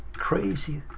crazy